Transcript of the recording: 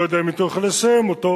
לא יודע אם ייתנו לך לסיים אותו,